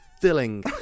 filling